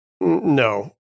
No